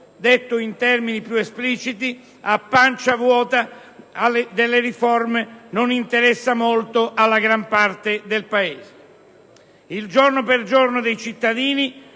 Detto in termini più espliciti, a pancia vuota, delle riforme non interessa molto alla gran parte del Paese. Il «giorno per giorno» dei cittadini